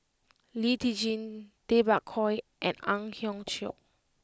Lee Tjin Tay Bak Koi and Ang Hiong Chiok